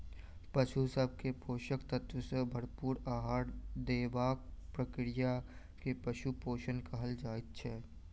पशु सभ के पोषक तत्व सॅ भरपूर आहार देबाक प्रक्रिया के पशु पोषण कहल जाइत छै